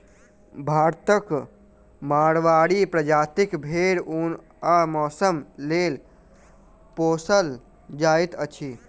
भारतक माड़वाड़ी प्रजातिक भेंड़ ऊन आ मौंसक लेल पोसल जाइत अछि